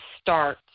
start